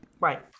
right